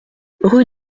rue